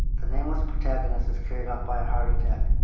the nameless protagonist is carried off by a heart attack,